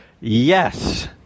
yes